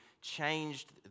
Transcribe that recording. changed